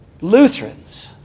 Lutherans